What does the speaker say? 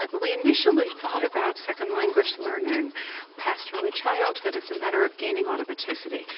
but we initially thought about second-language learning past early childhood as a matter of gaining automaticity,